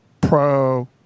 Pro